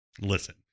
Listen